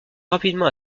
rapidement